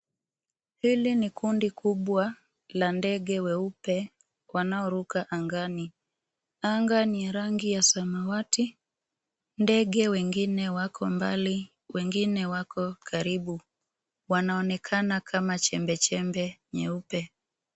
Hili ni kundi kubwa la ndege weupe wanaoruka angani. Anga ni ya rangi ya samawati, ndege wengine wako mbali, wengine wako karibu. wanaonekana kama chembechembe nyeupe.